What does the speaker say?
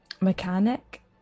Mechanic